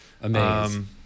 amazing